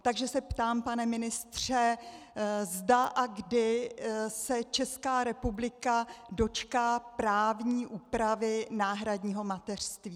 Takže se ptám, pane ministře, zda a kdy se Česká republika dočká právní úpravy náhradního mateřství.